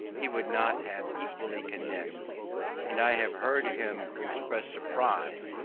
he would not have equally condemned and i have heard him express surprise,